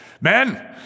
Men